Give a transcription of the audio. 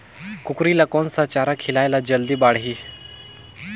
कूकरी ल कोन सा चारा खिलाय ल जल्दी बाड़ही?